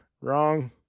Wrong